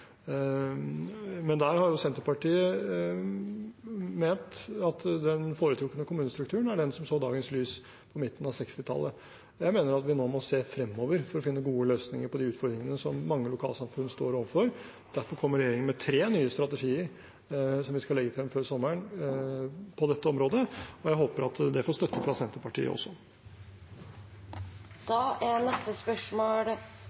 Men der har jo Senterpartiet ment at den foretrukne kommunestrukturen er den som så dagens lys på midten av 1960-tallet. Jeg mener at vi nå må se fremover for å finne gode løsninger på de utfordringene som mange lokalsamfunn står overfor. Derfor kommer regjeringen med tre nye strategier på dette området, som vi skal legge frem før sommeren, og jeg håper at det får støtte fra Senterpartiet